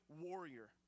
warrior